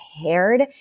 prepared